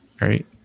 Right